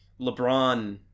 LeBron